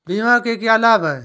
बीमा के क्या लाभ हैं?